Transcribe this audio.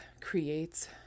creates